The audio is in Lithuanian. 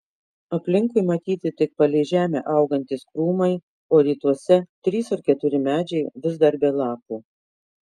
aplinkui matyti tik palei žemę augantys krūmai o rytuose trys ar keturi medžiai vis dar be lapų